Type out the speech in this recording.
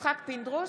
יצחק פינדרוס,